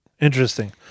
Interesting